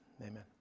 Amen